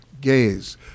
gays